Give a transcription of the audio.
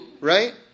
right